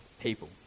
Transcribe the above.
people